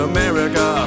America